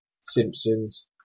Simpsons